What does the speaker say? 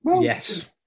Yes